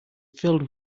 filled